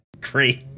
Great